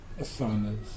asanas